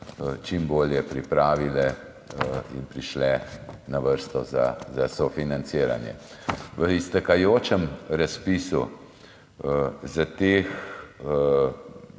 čim bolje pripravile in prišle na vrsto za sofinanciranje. V iztekajočem razpisu za teh